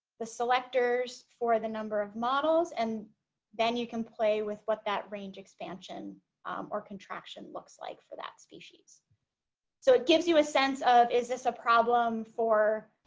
the selectors for the number of models and then you can play with what that range expansion or contraction looks like for that species so it gives you a sense of is this a problem for